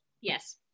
yes